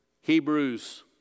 Hebrews